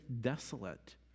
desolate